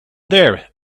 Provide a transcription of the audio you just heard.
there